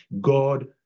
God